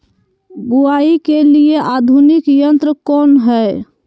बुवाई के लिए आधुनिक यंत्र कौन हैय?